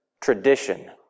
tradition